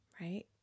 Right